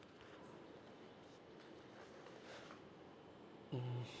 mm